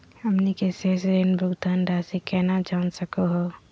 हमनी के शेष ऋण भुगतान रासी केना जान सकू हो?